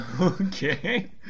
Okay